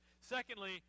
Secondly